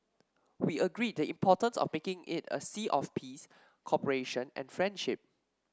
we agreed the importance of making it a sea of peace cooperation and friendship